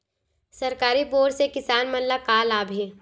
सरकारी बोर से किसान मन ला का लाभ हे?